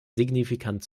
signifikant